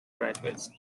graduates